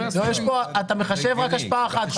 יש כאן כמה השפעות ואילו אתה מחשב רק השפעה אחת.